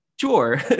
sure